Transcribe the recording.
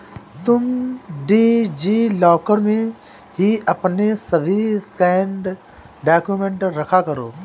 तुम DigiLocker में ही अपने सभी स्कैंड डाक्यूमेंट रखा करो